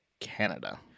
Canada